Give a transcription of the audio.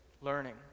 learning